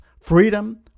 Freedom